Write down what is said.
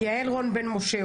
יעל רון בן משה,